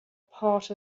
part